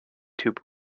tube